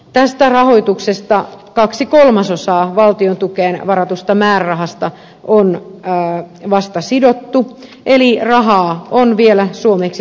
tästä rahoituksesta kaksi kolmasosaa valtion tukeen varatusta määrärahasta on vasta sidottu eli rahaa on vielä suomeksi sanottuna jäljellä